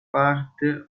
parte